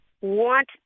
want